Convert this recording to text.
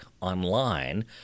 online